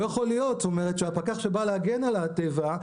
לא יכול להיות שהפקח שבא להגן על הטבע,